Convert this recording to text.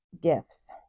gifts